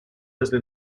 desde